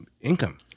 income